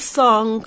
song